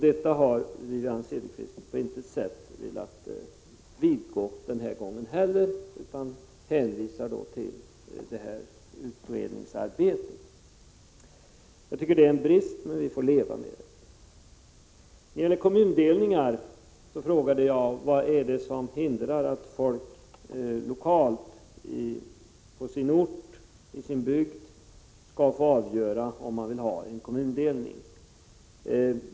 Detta har Wivi-Anne Cederqvist inte heller denna gång på något sätt velat vidgå, utan hänvisar till utredningsarbetet. Det är en brist, men vi får leva med den. När det gäller kommundelningar frågade jag vad det är som hindrar att folk lokalt — på sin ort, i sin bygd — skall få avgöra om de vill ha kommundelning.